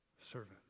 servant